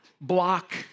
block